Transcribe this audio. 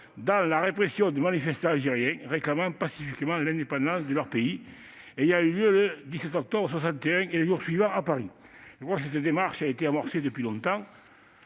dans la répression de manifestants algériens réclamant pacifiquement l'indépendance de leur pays ayant eu lieu le 17 octobre 1961 et les jours suivants à Paris ». Eh bien, voilà ! Je crois que cette démarche a été amorcée depuis longtemps.